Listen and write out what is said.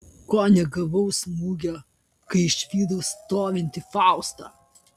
ko negavau smūgio kai išvydau stovintį faustą